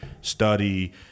study